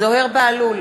זוהיר בהלול,